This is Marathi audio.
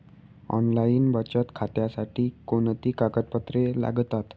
ऑनलाईन बचत खात्यासाठी कोणती कागदपत्रे लागतात?